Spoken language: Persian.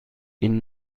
این